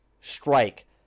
Strike